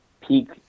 peak